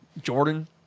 Jordan